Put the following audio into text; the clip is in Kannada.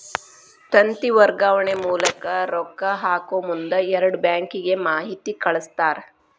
ತಂತಿ ವರ್ಗಾವಣೆ ಮೂಲಕ ರೊಕ್ಕಾ ಹಾಕಮುಂದ ಎರಡು ಬ್ಯಾಂಕಿಗೆ ಮಾಹಿತಿ ಕಳಸ್ತಾರ